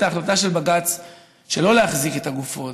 ההחלטה של בג"ץ שלא להחזיק את הגופות,